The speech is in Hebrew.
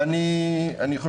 לא